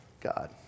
God